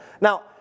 Now